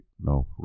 No